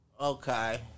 Okay